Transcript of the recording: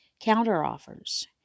counteroffers